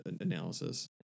analysis